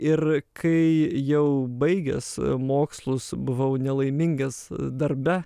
ir kai jau baigęs mokslus buvau nelaimingas darbe